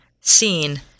seen